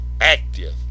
active